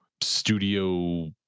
studio